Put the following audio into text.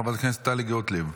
חברת הכנסת טלי גוטליב.